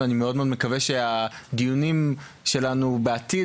ואני מאוד מקווה שהדיונים שלנו בעתיד